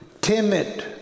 timid